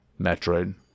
Metroid